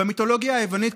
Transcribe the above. במיתולוגיה היוונית,